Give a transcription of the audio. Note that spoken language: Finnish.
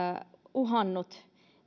uhannut